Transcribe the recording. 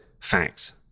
facts